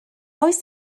oes